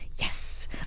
yes